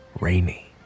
rainy